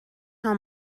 how